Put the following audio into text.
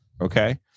okay